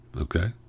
Okay